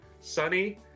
sunny